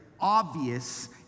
obvious